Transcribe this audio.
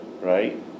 Right